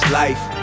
life